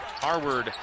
Harward